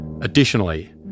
Additionally